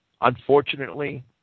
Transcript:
Unfortunately